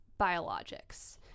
biologics